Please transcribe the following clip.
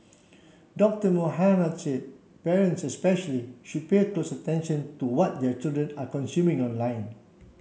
Doctor Mohamed said parents especially should pay close attention to what their children are consuming online